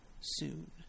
soon